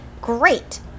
Great